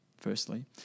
Firstly